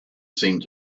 seemed